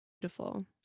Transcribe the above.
beautiful